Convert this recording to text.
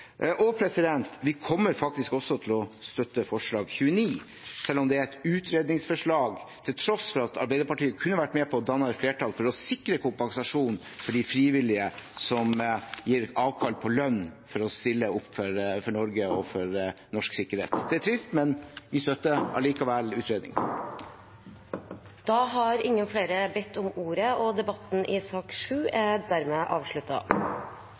Vi kommer faktisk også til å støtte forslag nr. 29, selv om det er et utredningsforslag, til tross for at Arbeiderpartiet kunne vært med på å danne et flertall for å sikre kompensasjon for de frivillige som gir avkall på lønn for å stille opp for Norge og for norsk sikkerhet. Det er trist, men vi støtter likevel utredningen. Flere har ikke bedt om ordet til sak nr. 7. Etter ønske fra justiskomiteen vil presidenten ordne debatten